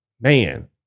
man